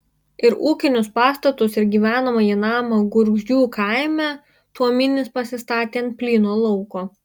ir ūkinius pastatus ir gyvenamąjį namą gurgždžių kaime tuominis pasistatė ant plyno lauko